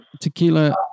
tequila